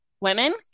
women